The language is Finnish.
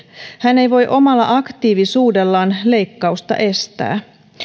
hän ei voi omalla aktiivisuudellaan leikkausta estää